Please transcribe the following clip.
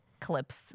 clips